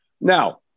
Now